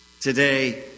Today